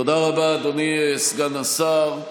תודה רבה, אדוני סגן השר.